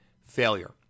failure